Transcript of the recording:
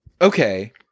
okay